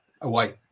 away